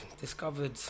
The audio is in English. discovered